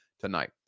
tonight